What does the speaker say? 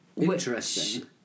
Interesting